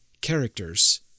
characters